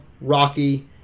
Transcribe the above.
Rocky